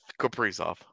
Kaprizov